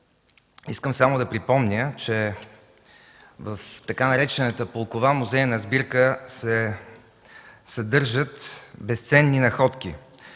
Искам само да припомня, че в така наречената „Полкова музейна сбирка” се съдържат безценни находки